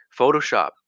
Photoshop